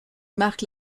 marque